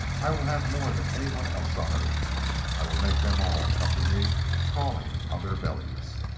i will haff more than anyone else on earth i will make them all come to me crawling on their bellies!